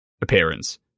appearance